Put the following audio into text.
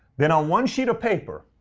then on one sheet of paper,